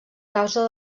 causa